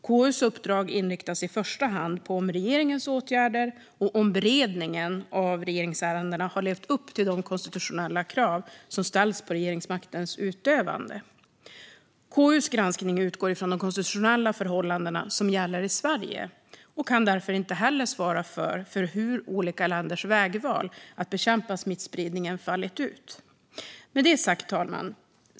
KU:s uppdrag inriktas i första hand på om regeringens åtgärder och om beredningen av regeringsärendena har levt upp till de konstitutionella krav som ställs på regeringsmaktens utövande. KU:s granskning utgår från de konstitutionella förhållanden som gäller i Sverige och kan därför heller inte svara för hur olika länders vägval att bekämpa smittspridningen har fallit ut. Fru talman!